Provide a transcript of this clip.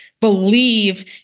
believe